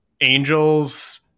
angels